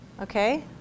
Okay